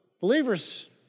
believers